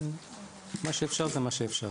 שמה שאפשר זה מה שאפשר.